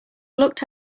looked